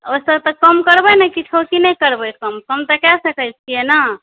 आ कम करबै ने किछो कि नहि करबै कम कम तऽ कय सकै छियै ने